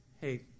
Hey